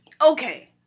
Okay